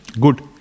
Good